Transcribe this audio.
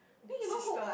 then you know who